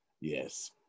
Yes